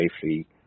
safely